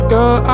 Girl